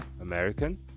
American